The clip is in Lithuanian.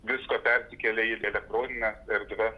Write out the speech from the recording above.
visko persikelia į elektronines erdves